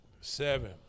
Seven